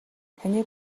таны